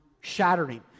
shattering